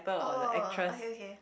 oh okay okay